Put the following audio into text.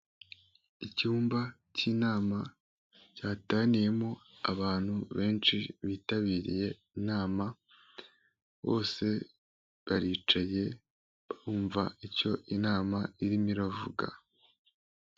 Icyumba cy'inama cyateraniyemo abantu benshi bitabiriye inama, bose baricaye barumva icyo inama irimo iravuga.